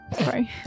sorry